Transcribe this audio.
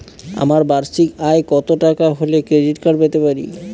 আমার বার্ষিক আয় কত টাকা হলে ক্রেডিট কার্ড পেতে পারি?